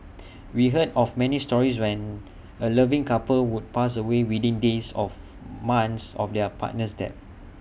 we heard of many stories when A loving couple would pass away within days of months of their partner's death